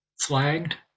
flagged